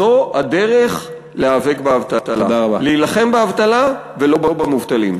זו הדרך להיאבק באבטלה: להילחם באבטלה ולא במובטלים.